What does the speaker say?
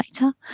later